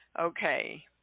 Okay